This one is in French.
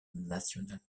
nationale